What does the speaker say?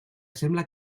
sembla